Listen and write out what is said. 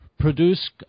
produce